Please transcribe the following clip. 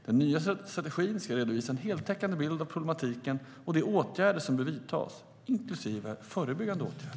Den nya strategin ska redovisa en heltäckande bild av problematiken och de åtgärder som bör vidtas, inklusive förebyggande åtgärder.